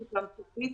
--- תוכנית.